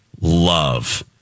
love